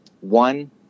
One